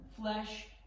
flesh